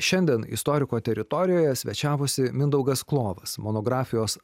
šiandien istoriko teritorijoje svečiavosi mindaugas klovas monografijos